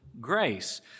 grace